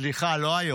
סליחה, לא היום,